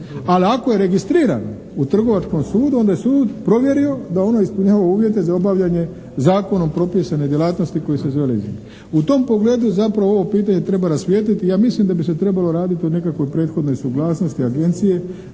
Ali ako je registrirana u Trgovačkom sudu onda je sud provjerio da ono ispunjava uvjete za obavljanje zakonom propisane djelatnosti koja se zove leasing. U tom pogledu zapravo ovo pitanje treba rasvijetliti. Ja mislim da bi se trebalo raditi o nekakvoj prethodnoj suglasnosti Agencije